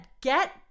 get